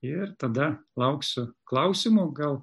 ir tada lauksiu klausimų gal